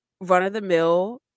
run-of-the-mill